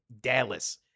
Dallas